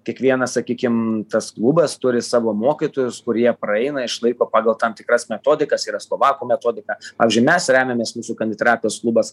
kiekvienas sakykim tas klubas turi savo mokytojus kurie praeina išlaiko pagal tam tikras metodikas yra slovakų metodika pavyzdžiui mes remiamės mūsų kaniterapijos klubas